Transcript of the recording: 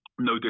no